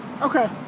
Okay